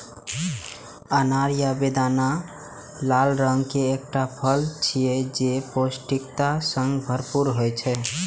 अनार या बेदाना लाल रंग के एकटा फल छियै, जे पौष्टिकता सं भरपूर होइ छै